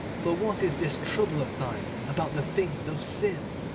for what is this trouble of thine about the things of sin?